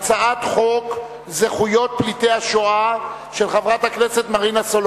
שהצעת חוק דיווח לוועדת החוץ והביטחון על פעילות אגף